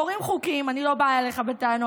קוראים חוקים אני לא באה אליך בטענות,